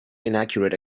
inaccurate